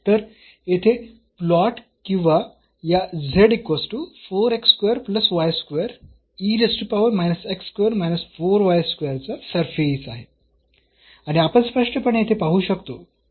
तर येथे प्लॉट किंवा या चा सरफेस आहे आणि आपण स्पष्टपणे येथे पाहू शकतो